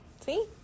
See